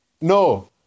No